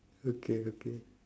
okay okay